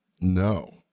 No